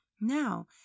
Now